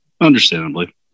understandably